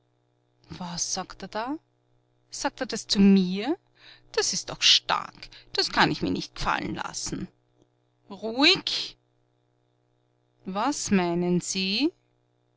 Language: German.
was sagt er da sagt er das zu mir das ist doch stark das kann ich mir nicht gefallen lassen ruhig was meinen sie